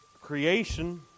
Creation